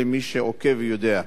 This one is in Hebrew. למי שעוקב ויודע.